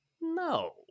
no